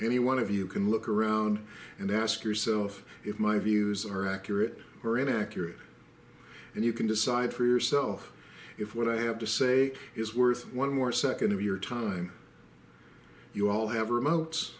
any one of you can look around and ask yourself if my views are accurate or inaccurate and you can decide for yourself if what i have to say is worth one more second of your time you all have